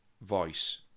voice